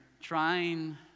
trying